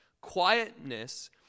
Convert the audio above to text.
Quietness